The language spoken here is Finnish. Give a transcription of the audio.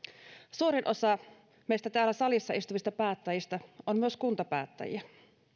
suurin osa meistä täällä salissa istuvista päättäjistä on myös kuntapäättäjiä